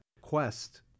quest